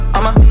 I'ma